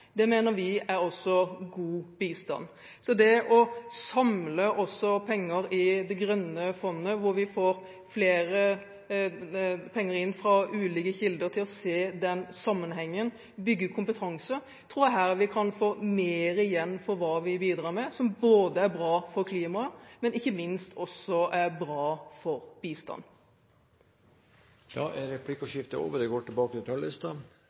mener vi også er god bistand. Ved å samle penger i det grønne fondet, hvor man får flere penger inn fra ulike kilder og ser sammenhenger og bygger kompetanse, tror jeg vi kan få mer igjen for det vi bidrar med. Det er bra for klimaet og ikke minst for bistanden. Replikkordskiftet er omme. For